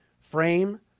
frame